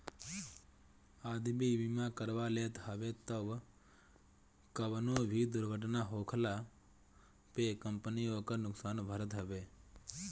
आदमी बीमा करवा लेत हवे तअ कवनो भी दुर्घटना होखला पे कंपनी ओकर नुकसान भरत हवे